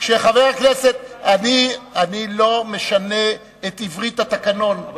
כשחבר הכנסת אני לא משנה את עברית התקנון,